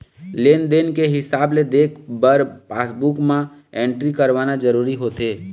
लेन देन के हिसाब देखे बर पासबूक म एंटरी करवाना जरूरी होथे